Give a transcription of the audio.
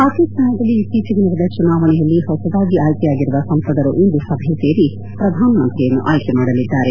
ಪಾಕಿಸ್ತಾನದಲ್ಲಿ ಇತ್ತೀಚೆಗೆ ನಡೆದ ಚುನಾವಣೆಯಲ್ಲಿ ಹೊಸದಾಗಿ ಆಯ್ಕೆಯಾಗಿರುವ ಸಂಸದರು ಇಂದು ಸಭೆ ಸೇರಿ ಪ್ರಧಾನ ಮಂತ್ರಿಯನ್ನು ಆಯ್ಕೆ ಮಾಡಲಿದ್ದಾರೆ